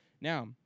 Now